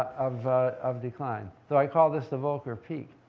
of of decline, so i call this the volcker peak.